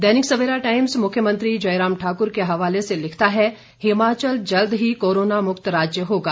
दैनिक Savera Times मुरव्यमंत्री जयराम ठाकुर के हवाले से लिखता है हिमाचल जल्द ही कोरोना मुक्त राज्य होगा